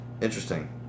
interesting